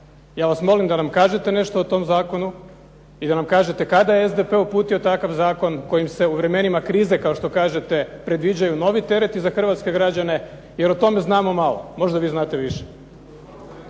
Ja vas molim da nam kažete nešto o tom zakonu i da nam kažete kada je SDP uputio takav zakon kojim se u vremenima krize, kao što kažete, predviđaju novi tereti za hrvatske građane, jer o tome znamo malo. Možda vi znate više.